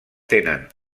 tenen